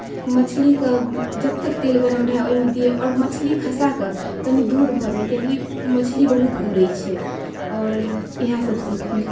मछलीकेँ जतेक तेल गरम रहए ओहिमे दियौ आओर मछली खसा कऽ कनि दूर भऽ जाइ कियाकि मछली बहुत उड़ैत छै आओर इएहसभ सीख मिलल